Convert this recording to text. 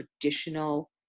traditional